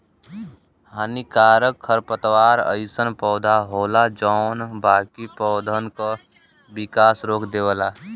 हानिकारक खरपतवार अइसन पौधा होला जौन बाकी पौधन क विकास रोक देवला